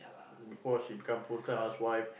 before she become full time housewife